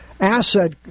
asset